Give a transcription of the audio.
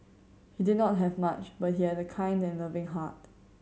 he did not have much but he had a kind and loving heart